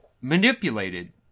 manipulated